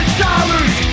dollars